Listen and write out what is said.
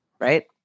right